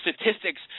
statistics